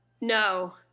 no